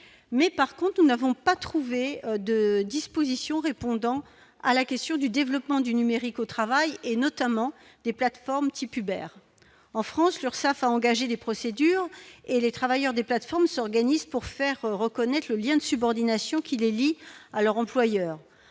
mais par contre, n'avons pas trouvé de dispositions répondant à la question du développement du numérique au travail et notamment des plateformes type Hubert en France leur ça engager des procédures et les travailleurs des plateformes s'organisent pour faire reconnaître le lien de subordination qui les lie alors employeurs